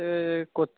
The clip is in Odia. ସେ କୋଚିଂ